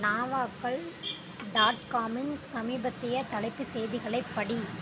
நாவாகல் dot காமின் சமீபத்திய தலைப்புச் செய்திகளைப் படி